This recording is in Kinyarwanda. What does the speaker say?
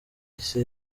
ise